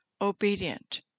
obedient